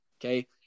okay